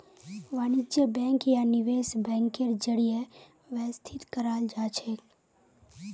वाणिज्य बैंक या निवेश बैंकेर जरीए व्यवस्थित कराल जाछेक